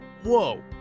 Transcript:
Whoa